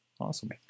awesome